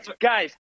Guys